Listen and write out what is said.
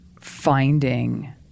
finding